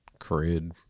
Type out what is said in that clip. cred